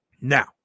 Now